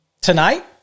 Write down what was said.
tonight